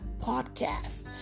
podcast